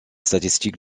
statistiques